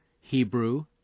Hebrew